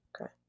Okay